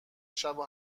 شبو